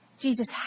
Jesus